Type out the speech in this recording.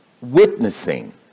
witnessing